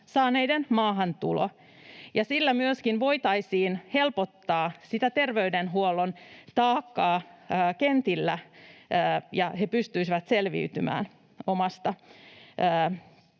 saaneiden maahantulo, ja sillä myöskin voitaisiin helpottaa terveydenhuollon taakkaa kentillä, niin että he pystyisivät selviytymään omasta